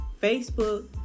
Facebook